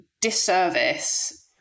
disservice